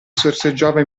sorseggiava